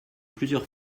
plusieurs